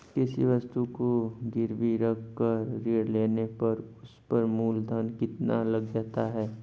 किसी वस्तु को गिरवी रख कर ऋण लेने पर उस पर मूलधन कितना लग जाता है?